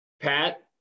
Pat